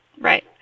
Right